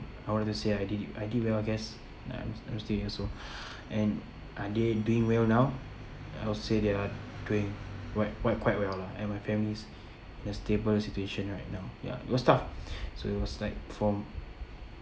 I wanted to say I did it I did well I guess and I'm I'm still here so and are they doing well now I will say they're doing quite quite quite well lah and my family's in a stable situation right now ya it was tough so it was like from